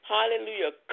Hallelujah